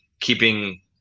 keeping